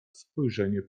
spojrzenie